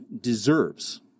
deserves